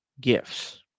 gifts